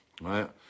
right